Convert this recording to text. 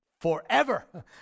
forever